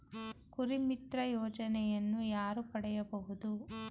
ಕುರಿಮಿತ್ರ ಯೋಜನೆಯನ್ನು ಯಾರು ಪಡೆಯಬಹುದು?